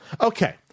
Okay